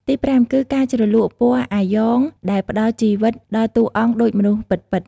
ទីប្រាំគឺ ការជ្រលក់ពណ៌អាយ៉ង ដែល ផ្តល់ជីវិតដល់តួអង្គដូចមនុស្សពិតៗ។